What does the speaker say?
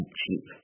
cheap